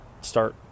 start